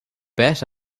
bet